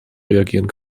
reagieren